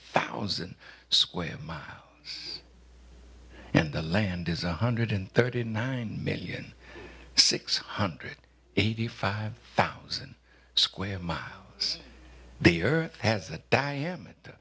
thousand square miles and the land is a hundred and thirty nine million six hundred eighty five thousand square miles the earth has a diameter